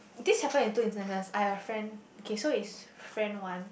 this happen in two instances I have a friend K so it's friend one